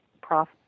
prof